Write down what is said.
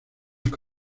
que